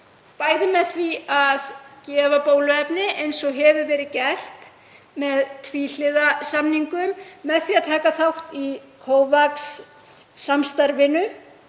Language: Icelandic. bæði með því að gefa bóluefni eins og hefur verið gert með tvíhliða samningum, með því að taka þátt í COVAX-samstarfinu